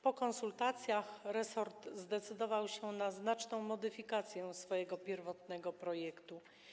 Po konsultacjach resort zdecydował się na znaczną modyfikację swojego pierwotnego projektu.